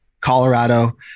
Colorado